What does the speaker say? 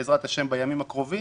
בעזרת השם בימים הקרובים,